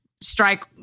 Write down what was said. strike